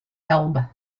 elbe